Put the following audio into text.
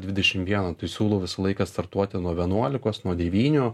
dvidešim vieno tai siūlau visą laiką startuoti nuo vienuolikos nuo devynių